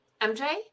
MJ